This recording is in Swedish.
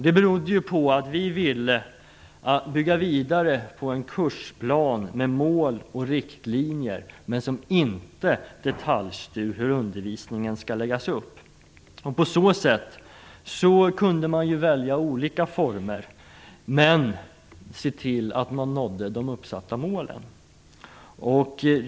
Det berodde på att vi ville bygga vidare på en kursplan med mål och riktlinjer, men som inte detaljstyr hur undervisningen skall läggas upp. På så sätt kunde man välja olika former men se till att man nådde de uppsatta målen.